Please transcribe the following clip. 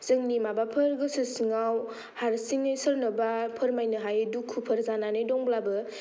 जोंनि माबाफोर गोसो सिङाव हारसिङै सोरनोबा फोरमायनो हायै दुखुफोर जानानै दंब्लाबो